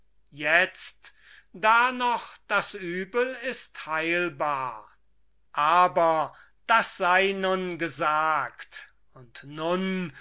jetzt da noch das übel ist heilbar aber das sei nun gesagt und nun